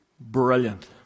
brilliant